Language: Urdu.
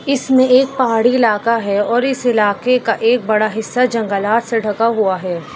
اس میں ایک پہاڑی علاقہ ہے اور اس علاقے کا ایک بڑا حصہ جنگلات سے ڈھکا ہوا ہے